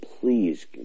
please